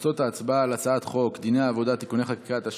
תוצאות ההצבעה על הצעת חוק דיני עבודה (תיקוני חקיקה),